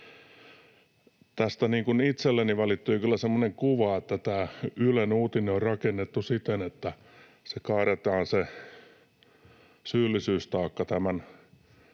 Tästä itselleni välittyy kyllä semmoinen kuva, että tämä Ylen uutinen on rakennettu siten, että se syyllisyystaakka